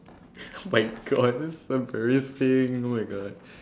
oh my god this is so embarrassing oh my god